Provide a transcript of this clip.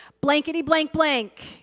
blankety-blank-blank